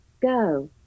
go